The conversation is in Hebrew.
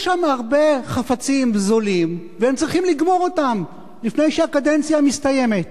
יש שם הרבה חפצים זולים והם צריכים לגמור אותם לפני שהקדנציה מסתיימת.